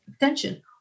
attention